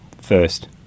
first